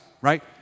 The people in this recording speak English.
right